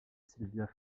silvia